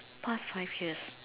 past five years